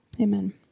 Amen